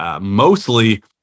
Mostly